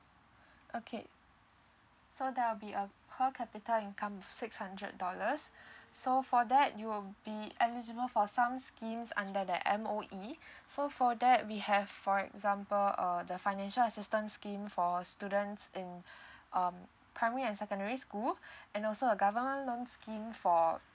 okay so there'll be a per capita income of six hundred dollars so for that you'll be eligible for some schemes under that M_O_E so for that we have for example uh the financial assistance scheme for students in um primary and secondary school and also a government loan scheme for